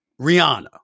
Rihanna